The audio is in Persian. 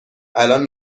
الان